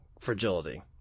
fragility